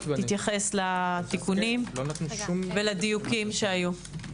תתייחס לתיקונים ולדיוקים שהיו.